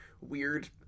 weird